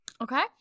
Okay